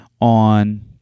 on